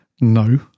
No